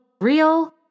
real